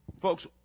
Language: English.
folks